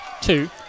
two